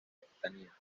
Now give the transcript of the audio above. aquitania